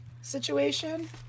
situation